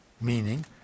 meaning